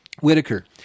Whitaker